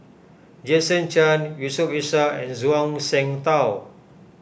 Jason Chan Yusof Ishak and Zhuang Shengtao